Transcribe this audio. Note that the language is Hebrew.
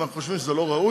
ואנחנו חושבים שזה לא ראוי.